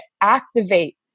activate